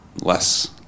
less